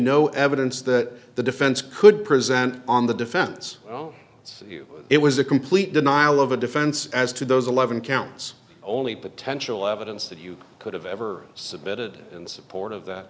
no evidence that the defense could present on the defense oh it's you it was a complete denial of a defense as to those eleven counts only potential evidence that you could have ever submitted in support of that